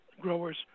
growers